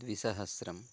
द्विसहस्रं